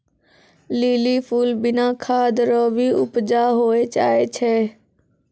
lily फूल बिना खाद रो भी उपजा होय जाय छै